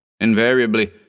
Invariably